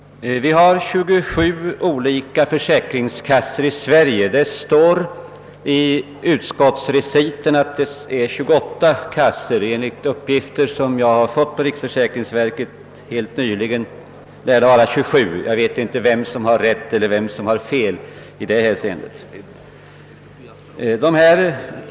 Vi har i Sverige 27 olika försäkringskassor. Det står visserligen i reciten att det finns 28 försäkringskassor, men enligt uppgifter som jag fått från riksförsäkringsverket helt nyligen lär det endast vara 27. Jag vet inte vem som har rätt och vem som har fel därvidlag.